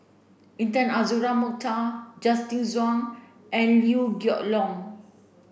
Intan Azura Mokhtar Justin Zhuang and Liew Geok Leong